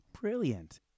Brilliant